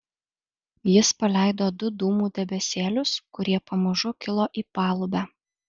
jis paleido du dūmų debesėlius kurie pamažu kilo į palubę